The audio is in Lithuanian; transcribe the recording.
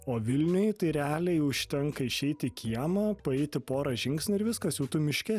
o vilniuj tai realiai užtenka išeiti į kiemą paeiti porą žingsnių ir viskas jau tu miške